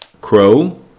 crow